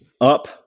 up